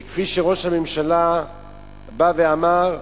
וכפי שראש הממשלה בא ואמר,